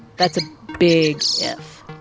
that's a big if,